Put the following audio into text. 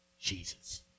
Jesus